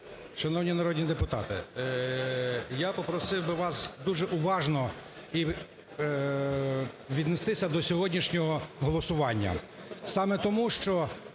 Шановні народні депутати, я попросив би вас дуже уважно віднестися до сьогоднішнього голосування.